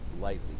lightly